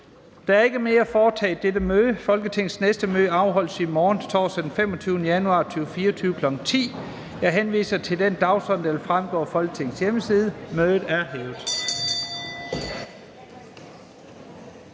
Der er ikke mere at foretage i dette møde. Folketingets næste møde afholdes i morgen, torsdag den 25. januar 2024, kl. 10.00. Jeg henviser til den dagsorden, der vil fremgå af Folketingets hjemmeside. Mødet er hævet.